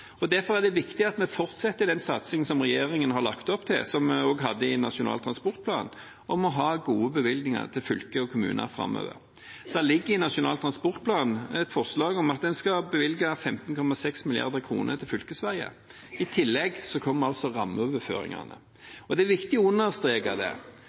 gjøres. Derfor er det viktig at vi fortsetter den satsingen som regjeringen har lagt opp til, som vi også hadde i Nasjonal transportplan, om å ha gode bevilgninger til fylker og kommuner framover. Det ligger i Nasjonal transportplan et forslag om at en skal bevilge 15,6 mrd. kr til fylkesveier. I tillegg kommer altså rammeoverføringene. Det